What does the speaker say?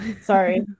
Sorry